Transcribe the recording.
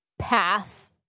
path